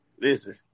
Listen